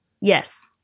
Yes